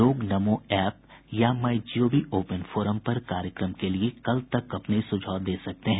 लोग नमो ऐप या MyGov open forum पर कार्यक्रम के लिए कल तक अपने सुझाव दे सकते हैं